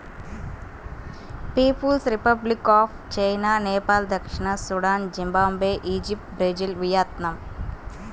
peoples republic of China, Nepal దక్షిణ Sudan, Zimbabwe, Egypt, Brazil, Vietnam